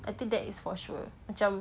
I think that is for sure macam